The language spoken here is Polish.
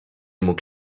mógł